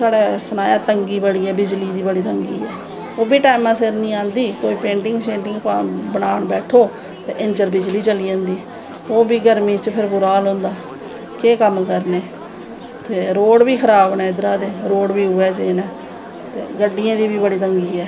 इस साढ़ै तंगी बड़ी ऐ बिजली दी बड़ी तंगी ऐ ओह् बी टैमां सिर नी आंदी कोई पेंटिंग शेंटिंग बनान बैठो ते इन्नै चिर बिजली चली जंदी ओह् फ्ही गर्मियैं च बूरा होल होंदे तेह् कम्म करनें ते रोड़ बी खराब न इध्दरा दे रोड बी उऐ जेह् न ते गड्डियें दी बी बड़ी तंगी ऐ